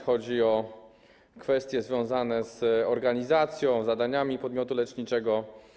Chodzi o kwestie związane z organizacją, zadaniami podmiotu leczniczego.